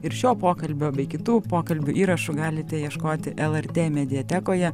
ir šio pokalbio bei kitų pokalbių įrašų galite ieškoti lrt mediatekoje